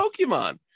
Pokemon